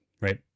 right